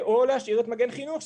או להשאיר את מגן חינוך,